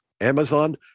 Amazon